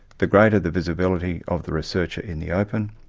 the greater the visibility of the researcher in the open,